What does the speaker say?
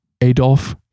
Adolf